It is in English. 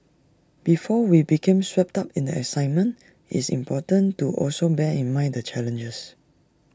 before we become swept up in the excitement it's important to also bear in mind the challenges